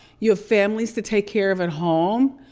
you have families to take care of at home.